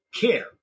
care